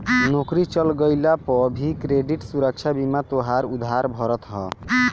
नोकरी चल गइला पअ भी क्रेडिट सुरक्षा बीमा तोहार उधार भरत हअ